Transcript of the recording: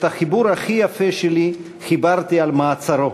את החיבור הכי יפה שלי חיברתי על מעצרו,